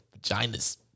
vaginas